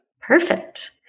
Perfect